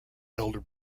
elder